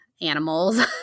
animals